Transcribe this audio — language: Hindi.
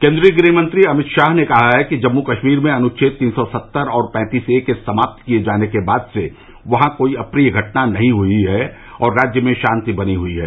केन्द्रीय गृहमंत्री अमित शाह ने कहा है कि जम्मू कश्मीर में अनुछेद तीन सौ सत्तर और पैंतीस ए के समाप्त किये जाने के बाद से वहां कोई अप्रिय घटना नहीं हई है और राज्य में शांति बनी हई है